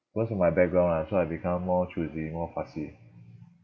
because of my background lah so I become more choosy more fussy